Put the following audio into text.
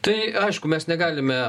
tai aišku mes negalime